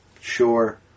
sure